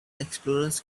explorers